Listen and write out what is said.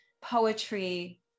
poetry